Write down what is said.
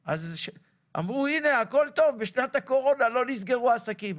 אמרו: "הכול טוב, בשנת הקורונה לא נסגרו עסקים".